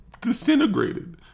disintegrated